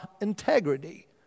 integrity